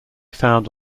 found